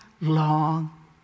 long